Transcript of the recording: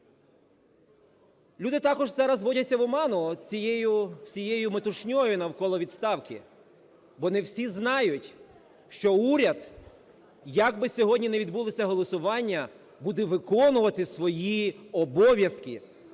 Люди також зараз вводяться в оману цією всією метушнею навколо відставки, бо не всі знають, що уряд, як би сьогодні не відбулося голосування, буде виконувати свої обов'язки